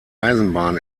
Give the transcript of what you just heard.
eisenbahn